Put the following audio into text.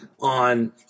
on